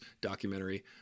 documentary